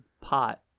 pot